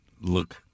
look